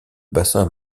bassin